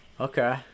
Okay